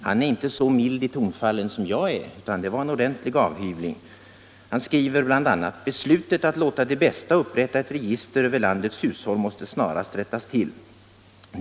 Han är inte så mild i tonfallen som jag är, utan det var en ordentlig avhyvling. Han skriver bl.a.: ”Beslutet att låta ”Det Bästa” upprätta ett register över landets hushåll måste snarast rättas till.